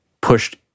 pushed